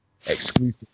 exclusive